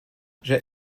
j’ai